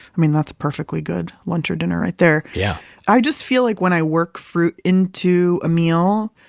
i mean, that's a perfectly good lunch or dinner right there. yeah i just feel like when i work fruit into a meal,